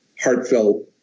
heartfelt